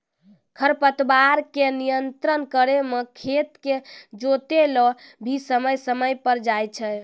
खरपतवार के नियंत्रण करै मे खेत के जोतैलो भी समय समय पर जाय छै